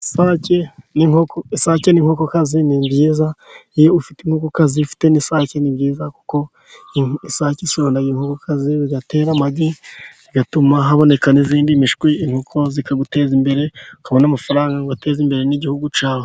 Isake n'inkokokazi ni byiza. Iyo ufite in inkokokazi ufite n'isake ni byiza kuko isake ishonda inkokokazi igatera amagi, bigatuma haboneka n'iyindi mishwi inkoko zikaguteza imbere ukabona amafaranga ugateza imbere n'igihugu cyawe.